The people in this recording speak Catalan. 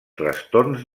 trastorns